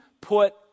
put